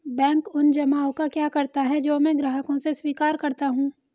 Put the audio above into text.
Bank उन जमाव का क्या करता है जो मैं ग्राहकों से स्वीकार करता हूँ?